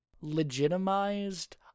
legitimized